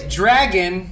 dragon